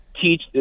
teach